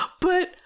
but-